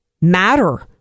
matter